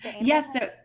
Yes